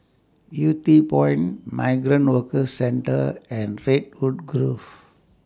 Yew Tee Point Migrant Workers Centre and Redwood Grove